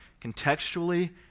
contextually